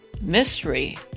mystery